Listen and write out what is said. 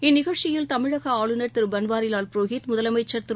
இந்நிகழ்ச்சியில் தமிழகஆளுநர் திருபன்வாரிலால் புரோகித் முதலமைச்சர் திரு